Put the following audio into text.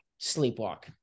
sleepwalk